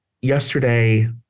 yesterday